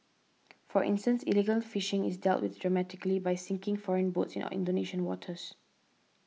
for instance illegal fishing is dealt with dramatically by sinking foreign boats in Indonesian waters